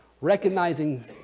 Recognizing